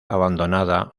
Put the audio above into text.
abandonada